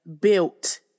built